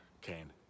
Kane